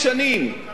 רק שנייה.